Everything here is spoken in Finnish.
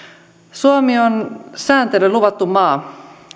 suomi on sääntelyn luvattu maa